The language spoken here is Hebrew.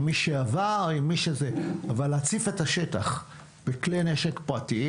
אבל להציף את השטח בכלי נשק פרטיים?